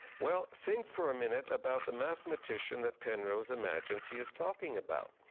well, think for a minute about the mathematician that penrose imagines he is talking about.